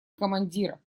командира